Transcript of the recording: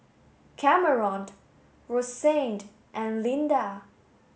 Cameron Rosanne and Linda